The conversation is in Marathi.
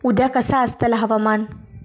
उद्या कसा आसतला हवामान?